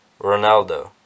Ronaldo